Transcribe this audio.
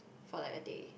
for like a day